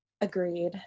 agreed